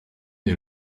est